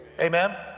amen